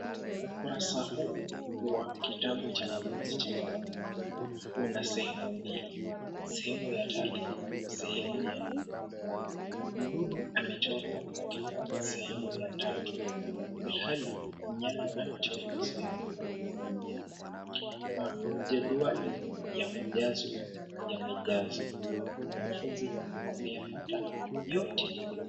Ukurasa huu wa kitabu cha mazoezi cha mwanafunzi una sehemu mbili, sehemu ya tatu, sehemu ya nne. Mdudu amechorwa katika sehemu ya tatu, ilhali mnyama amechorwa katika sehemu ya nne. Majedwali ya kujazwa yamejazwa na mwanafunzi ameyapata yote.